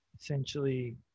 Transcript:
Essentially